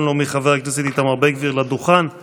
כאמור, חבר הכנסת בועז טופורובסקי,